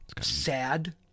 sad